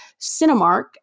Cinemark